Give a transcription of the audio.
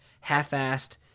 half-assed